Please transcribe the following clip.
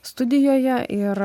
studijoje ir